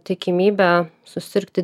tikimybė susirgti